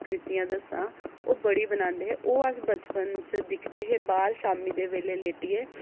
आकृतियां दस्सां ओह् बड़ी बनांदे हे ओह् अस बचपन च ते दिक्खदे हे